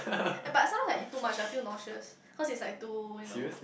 eh but sometimes I eat too much I feel nauseous cause it's like too you know